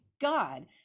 God